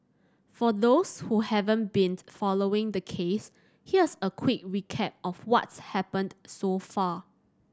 for those who haven't been following the case here's a quick recap of what's happened so far